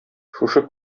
шушы